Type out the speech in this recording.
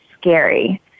scary